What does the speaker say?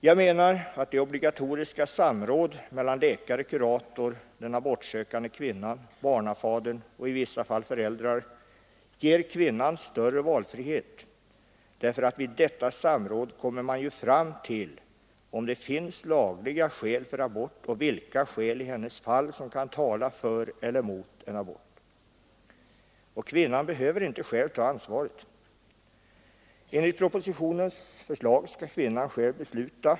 Jag menar att det obligatoriska samrådet mellan läkare, kurator, den abortsökande kvinnan, barnafadern och i vissa fall föräldrar ger kvinnan större valfrihet, därför att vid detta samråd kommer man ju fram till om det finns lagliga skäl för abort och vilka skäl som i hennes fall kan tala för eller mot abort. Och kvinnan behöver då inte själv ta ansvaret. Enligt propositionens förslag skall kvinnan själv besluta.